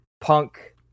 punk